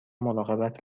مراقبت